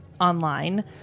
online